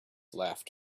laughed